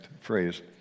phrase